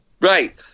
right